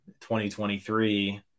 2023